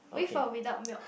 with or without milk